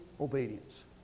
obedience